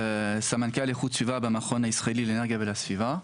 סמנכ"ל איכות סביבה במכון הישראלי לאנרגיה ולסביבה,